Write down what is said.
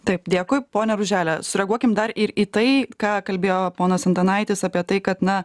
taip dėkui pone ružele sureaguokim dar ir į tai ką kalbėjo ponas antanaitis apie tai kad na